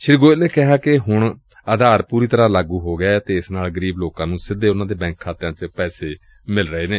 ਸ੍ੀ ਗੋਇਲ ਨੇ ਕਿਹਾ ਕਿ ਹੁਣ ਆਧਾਰ ਪੁਰੀ ਤਰ਼ਾਂ ਲਾਗੁ ਹੋ ਗਿਐ ਅਤੇ ਇਸ ਨਾਲ ਗਰੀਬ ਲੋਕਾਂ ਨੂੰ ਸਿੱਧੇ ਉਨੂਾਂ ਦੇ ਬੈਂਕ ਖਾਤਿਆਂ ਚ ਪੈਸੇ ਮਿਲ ਰਹੇ ਨੇ